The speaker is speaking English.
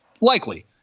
likely